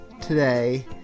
today